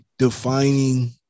defining